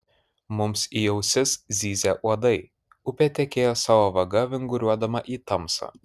mums į ausis zyzė uodai upė tekėjo savo vaga vinguriuodama į tamsą